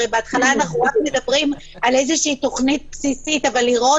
הרי בהתחלה אנחנו מדברים רק על איזו תוכנית בסיסית אבל לראות